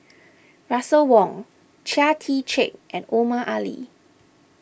Russel Wong Chia Tee Chiak and Omar Ali